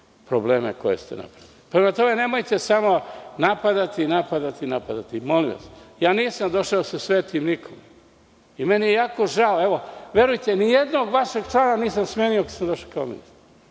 probleme koje ste napravili. Nemojte samo napadati, napadati i napadati, molim vas. Ja nisam došao da se svetim nikome i meni je jako žao. Evo, verujte, nijednog vašeg člana nisam smenio kada sam došao kao ministar.